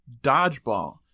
dodgeball